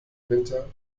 winter